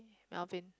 Melvin